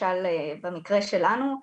למשל במקרה שלנו,